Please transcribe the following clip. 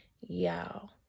Y'all